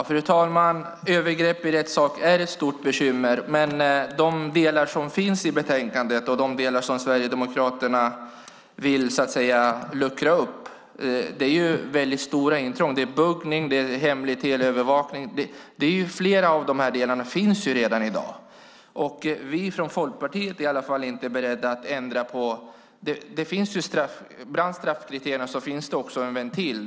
Fru talman! Övergrepp i rättssak är ett stort bekymmer, men de delar som finns i betänkandet och de delar som Sverigedemokraterna så att säga vill luckra upp gäller stora intrång, såsom buggning och hemlig teleövervakning. Flera av dessa delar finns ju redan i dag. Vi från Folkpartiet är i alla fall inte beredda att ändra på det. Bland straffkriterierna finns ju också en ventil.